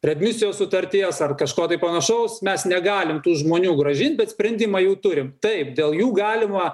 readmisijos sutarties ar kažko tai panašaus mes negalim tų žmonių grąžint bet sprendimą jų turim taip dėl jų galima